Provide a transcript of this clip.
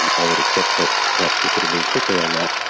i would accept that perhaps we could have been quicker on that.